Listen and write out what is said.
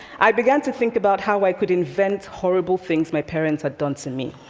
i began to think about how i could invent horrible things my parents had done to me.